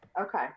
Okay